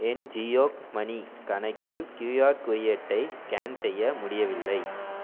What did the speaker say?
ஏன் ஜியோ மனி கணக்கில் கியூஆர் குறியீட்டை ஸ்கேன் செய்ய முடியவில்லை